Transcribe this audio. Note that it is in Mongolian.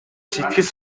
сэтгэл